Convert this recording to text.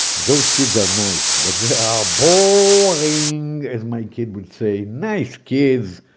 those kids are nice, but they are bo-ring, as my kid would say. nice kids,